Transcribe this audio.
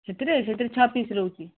ସେଥିରେ ସେଥିରେ ଛଅ ପିସ୍ ରହୁଛି